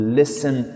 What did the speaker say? listen